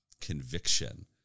conviction